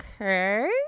okay